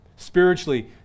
Spiritually